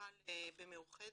שמנוהל במאוחדת.